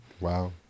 Wow